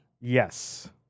Yes